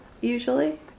usually